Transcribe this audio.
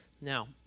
Now